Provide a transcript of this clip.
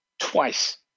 Twice